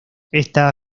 esta